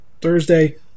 Thursday